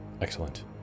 Excellent